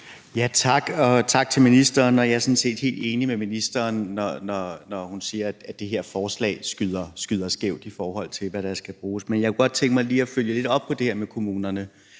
(SF): Tak til ministeren. Jeg er sådan set helt enig med ministeren, når hun siger, at det her forslag rammer skævt, i forhold til hvad der skal bruges. Jeg kunne godt tænke mig lige at følge lidt op på det her med kommunerne: